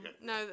No